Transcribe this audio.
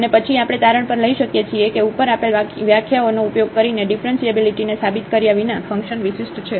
અને પછી આપણે તારણ પર લઈ શકીએ છીએ કે ઉપર આપેલ વ્યાખ્યાઓનો ઉપયોગ કરીને ઙીફરન્શીએબીલીટીને સાબિત કર્યા વિના ફંકશન વિશિષ્ટ છે